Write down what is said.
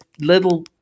little